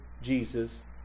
Jesus